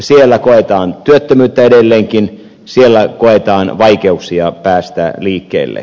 siellä koetaan työttömyyttä edelleenkin siellä koetaan vaikeuksia päästä liikkeelle